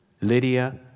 Lydia